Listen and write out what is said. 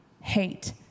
hate